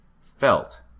felt